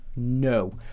No